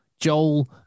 Joel